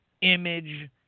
image